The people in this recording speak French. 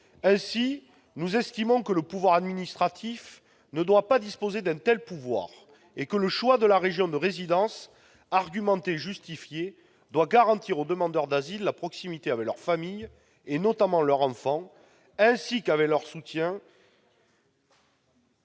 Nous estimons que le pouvoir administratif ne doit pas disposer d'une telle prérogative et que le choix de la région de résidence, argumenté et justifié, doit garantir aux demandeurs d'asile la proximité avec leur famille, notamment leurs enfants, ainsi qu'avec les soutiens